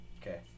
Okay